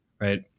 right